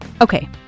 Okay